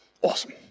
Awesome